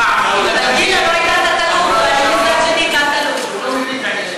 אנחנו צריכים להיכנס בכל הכוח לעזה ולהגיע להכרעה צבאית.